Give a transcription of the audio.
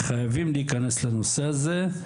חייבים להיכנס לנושא הזה.